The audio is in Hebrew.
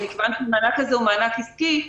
מכיוון שהמענק הזה הוא מענק עסקי,